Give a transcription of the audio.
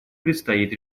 предстоит